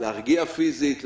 להרגיע פיזית,